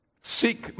seek